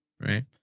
Right